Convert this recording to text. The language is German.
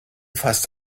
fast